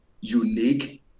unique